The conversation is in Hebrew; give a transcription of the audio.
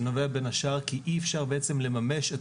זה נובע בין השאר כי אי אפשר בעצם לממש את